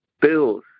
Bill's